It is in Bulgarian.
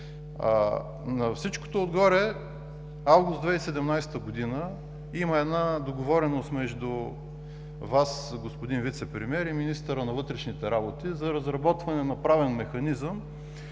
На всичкото отгоре, през август 2017 г. има една договореност между Вас, господин Вицепремиер, и министъра на вътрешните работи за разработване на правен механизъм,